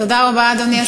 תודה רבה, אדוני השר.